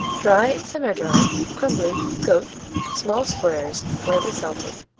dry and semi-dry crumbly goat small squares lightly salted.